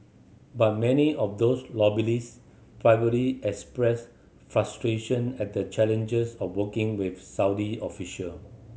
but many of those lobbyist privately express frustration at the challenges of working with Saudi official